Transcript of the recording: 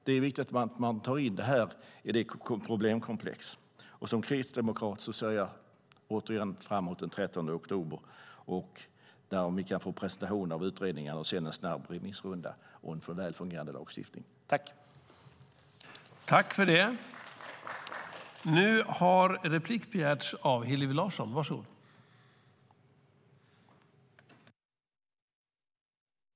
Det är viktigt att ta in dessa aspekter i problemkomplexet. Som kristdemokrat ser jag fram emot den 13 oktober då utredningarna ska presenteras, en snabb remissrunda och sedan att en väl fungerande lagstiftning träder i kraft.